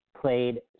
played